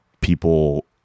People